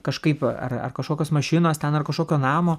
kažkaip ar ar kažkokios mašinos ten ar kažkokio namo